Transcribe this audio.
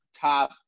top